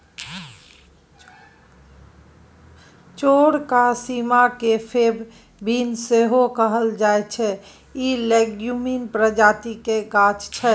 चौरका सीम केँ फेब बीन सेहो कहल जाइ छै इ लेग्युम प्रजातिक गाछ छै